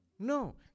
No